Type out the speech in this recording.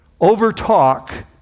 overtalk